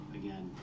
again